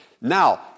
Now